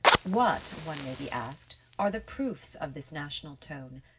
what, one may be asked, are the proofs of this national tone?